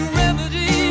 remedy